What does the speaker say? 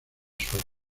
sueco